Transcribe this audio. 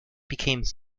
becomes